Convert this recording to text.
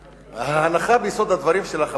ההנחה ביסוד הדברים שלך,